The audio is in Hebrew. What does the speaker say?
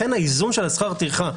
לכן האיזון של שכר הטרחה,